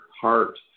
heart